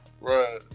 Right